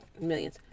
millions